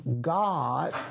God